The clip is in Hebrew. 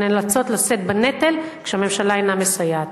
שנאלצות לשאת בנטל כשהממשלה אינה מסייעת.